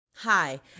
Hi